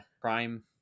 Prime